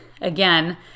again